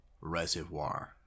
reservoir